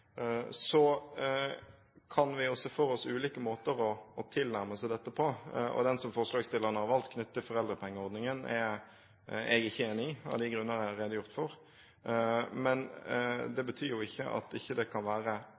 Så kan vi jo se for oss ulike måter å tilnærme seg dette på. Den som forslagsstilleren har valgt, knyttet til foreldrepengeordningen, er jeg ikke enig i, av de grunner jeg har redegjort for. Men det betyr ikke at det ikke kan være andre spor som kan være